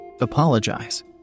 Apologize